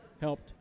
helped